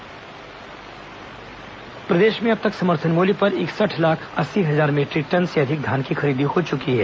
धान खरीदी प्रदेश में अब तक समर्थन मुल्य पर इकसठ लाख अस्सी हजार मीटरिक टन से अधिक धान की खरीदी हो चुकी है